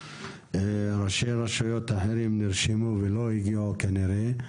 ראשי רשויות אחרים נרשמו וכנראה לא הגיעו.